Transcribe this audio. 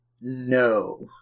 No